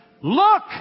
look